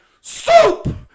soup